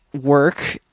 work